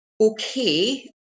okay